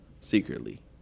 secretly